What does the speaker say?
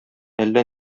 әллә